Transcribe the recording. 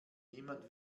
niemand